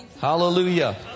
Hallelujah